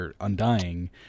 Undying